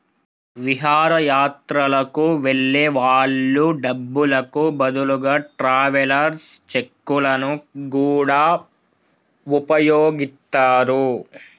విహారయాత్రలకు వెళ్ళే వాళ్ళు డబ్బులకు బదులుగా ట్రావెలర్స్ చెక్కులను గూడా వుపయోగిత్తరు